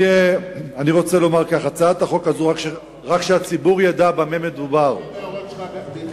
אני בדרך כלל נהנה מההערות שלך,